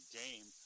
game